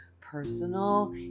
personal